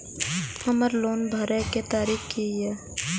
हमर लोन भरय के तारीख की ये?